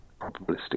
probabilistic